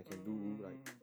mm mm mm mm mm